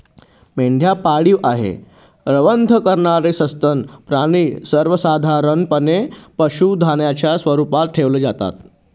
मेंढ्या पाळीव आहे, रवंथ करणारे सस्तन प्राणी सर्वसाधारणपणे पशुधनाच्या स्वरूपात ठेवले जातात